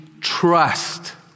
trust